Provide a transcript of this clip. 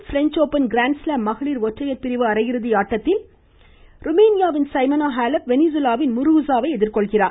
French open grand slam மகளிர் ஒற்றையர் பிரிவு அரையிறுதி ஆட்டத்தில் இன்று ருமேனியாவின் சைமனோ ஹேலப் வென்சுவேலாவின் முருகுசாவை எதிர்கொள்கிறார்